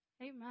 Amen